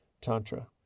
Tantra